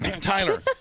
Tyler